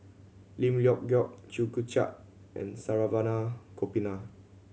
Lim Leong Geok Chew Joo Chiat and Saravanan Gopinathan